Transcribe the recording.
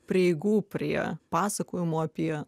prieigų prie pasakojimų apie